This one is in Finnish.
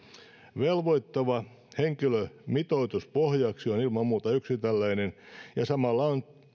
velvoittava henkilömitoitus pohjaksi on ilman muuta yksi tällainen ja samalla on